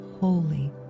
holy